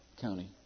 county